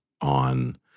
on